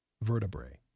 vertebrae